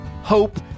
hope